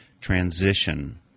transition